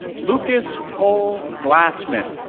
lucas cole glassman.